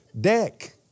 deck